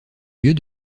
lieux